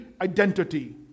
identity